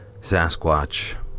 Sasquatch